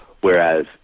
Whereas